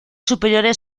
superiores